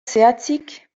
zehatzik